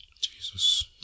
Jesus